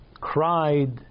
cried